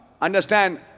Understand